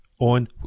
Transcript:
On